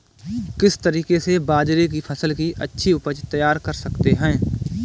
किस तरीके से बाजरे की फसल की अच्छी उपज तैयार कर सकते हैं?